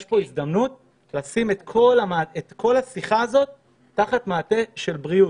יש פה הזדמנות לשים את השיח הזה תחת מעטה של בריאות.